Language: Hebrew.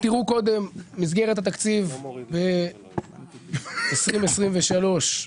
מסגרת התקציב ל-2023 היא